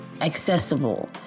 accessible